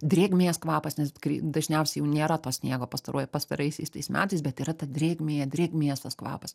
drėgmės kvapas nes grei dažniausiai jau nėra to sniego pastaruoju pastaraisiais tais metais bet yra ta drėgmė drėgmės tas kvapas